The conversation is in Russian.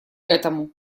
этому